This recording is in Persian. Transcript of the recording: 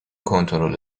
کنترل